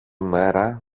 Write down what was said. μέρα